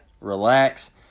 relax